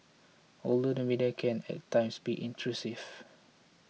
although the media can at times be intrusive